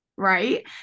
right